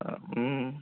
ও